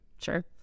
Sure